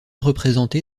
représenté